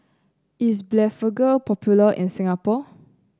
is Blephagel popular in Singapore